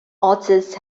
authors